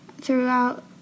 throughout